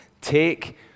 Take